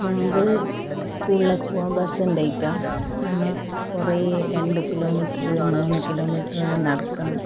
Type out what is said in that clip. മുമ്പ് സ്കൂളിലേക്ക് പോവാൻ ബസ് ഉണ്ടായിട്ടാ നമ്മോ കുറെ രണ്ട് കിലോമീറ്ററ് മൂന്ന് കിലോമീറ്ററെല്ലാ നടക്കണം